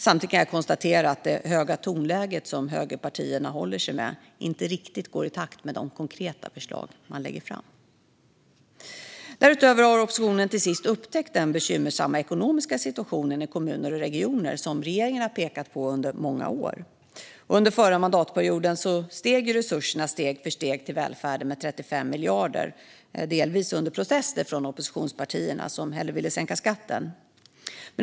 Samtidigt kan jag konstatera att det höga tonläge som högerpartierna håller sig med inte riktigt går i takt med de konkreta förslag man lägger fram. Därutöver har oppositionen till sist upptäckt den bekymmersamma ekonomiska situationen i kommuner och regioner, som regeringen har pekat på under många år. Under förra mandatperioden ökade resurserna till välfärden steg för steg med 35 miljarder, delvis under protester från oppositionspartierna, som hellre ville sänka skatten.